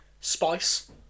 spice